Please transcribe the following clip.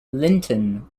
linton